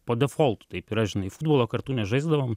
po defoltu taip yra žinai futbolo kartu nežaisdavom